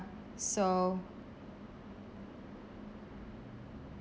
so